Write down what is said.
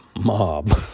mob